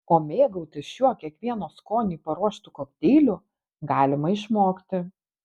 o mėgautis šiuo kiekvieno skoniui paruoštu kokteiliu galima išmokti